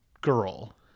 girl